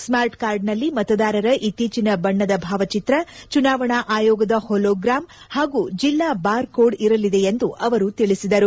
start ಕಾರ್ಡ್ನಲ್ಲಿ ಮತದಾರರ ಇತ್ತೀಚಿನ ಬಣ್ಣದ ಭಾವಚಿತ್ರ ಚುನಾವಣಾ ಆಯೋಗದ ಹೋಲೋಗ್ರಾಮ್ ಹಾಗೂ ಜೆಲ್ಲಾ ಬಾರ್ಕೋಡ್ ಇರಲಿದೆ ಎಂದು ಅವರು ತಿಳಿಸಿದರು